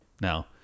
Now